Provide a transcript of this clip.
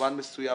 במובן מסוים